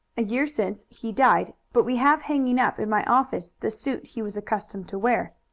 a year since he died, but we have hanging up in my office the suit he was accustomed to wear.